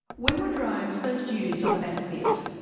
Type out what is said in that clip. when were drones first used on the battle field?